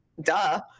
Duh